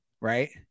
Right